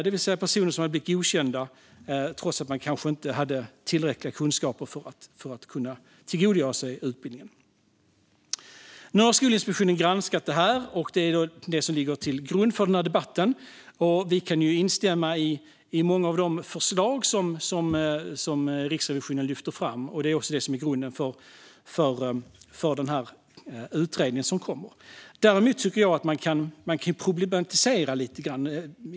Personer har alltså blivit godkända trots att de kanske inte haft tillräckliga kunskaper för att kunna tillgodogöra sig utbildningen. Nu har Skolinspektionen granskat detta, och det är det som ligger till grund för denna debatt. Vi kan instämma i många av de förslag som Riksrevisionen lyfter fram, och det är också detta som är grunden för den utredning som kommer. Jag tycker dock att man kan problematisera lite grann.